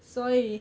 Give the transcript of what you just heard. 所以